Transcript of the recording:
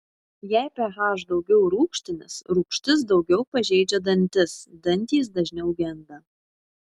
jei ph daugiau rūgštinis rūgštis daugiau pažeidžia dantis dantys dažniau genda